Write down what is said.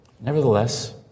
Nevertheless